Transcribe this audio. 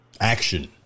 action